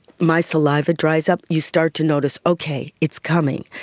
my saliva dries up. you start to notice, okay, it's coming,